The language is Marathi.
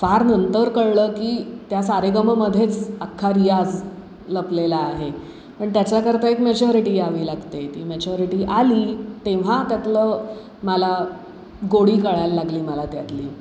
फार नंतर कळलं की त्या सारेगममध्येच अख्खा रियाज लपलेला आहे पण त्याच्याकरता एक मेचॉरिटी यावी लागते ती मेचॉरिटी आली तेव्हा त्यातलं मला गोडी कळायला लागली मला त्यातली